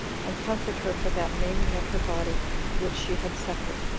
and comfort her for that maiming of her body which she had suffered,